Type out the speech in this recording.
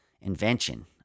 invention